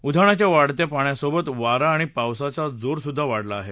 उधाणाच्या वाढत्या पाण्यासोबत वारा आणि पावसाचा जोरसुद्धा वाढला आहे